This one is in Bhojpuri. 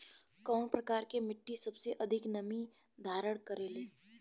कउन प्रकार के मिट्टी सबसे अधिक नमी धारण करे ले?